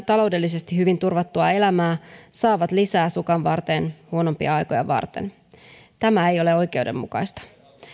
taloudellisesti hyvin turvattua elämää saavat lisää sukanvarteen huonompia aikoja varten tämä ei ole oikeudenmukaista